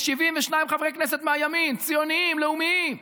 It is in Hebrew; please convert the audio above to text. יש 72 חברי כנסת מהימין, ציונים, לאומיים.